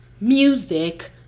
music